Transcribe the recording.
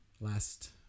last